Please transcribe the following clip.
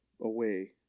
away